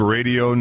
Radio